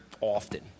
often